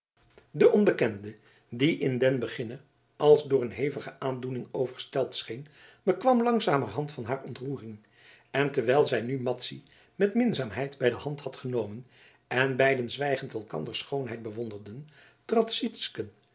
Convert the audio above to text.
de onbekende die in den beginne als door een hevige aandoening overstelpt scheen bekwam langzamerhand van haar ontroering en terwijl zij nu madzy met minzaamheid bij de hand had genomen en beiden zwijgend elkanders schoonheid bewonderden trad sytsken